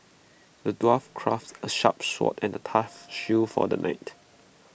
the dwarf crafted A sharp sword and A tough shield for the knight